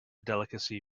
delicacy